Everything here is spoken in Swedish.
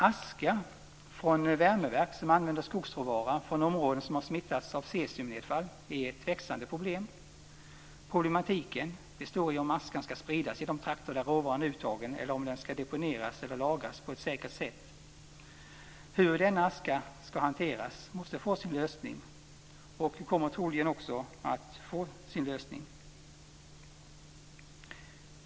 Aska från värmeverk som använder skogsråvara från områden som har smittas av cesiumnedfall är ett växande problem. Problematiken består i om askan skall spridas i de trakter där råvaran är uttagen eller om den skall deponeras eller lagras på ett säkert sätt. Frågan om hur denna aska skall hanteras måste få sin lösning. Det kommer den troligen också att få.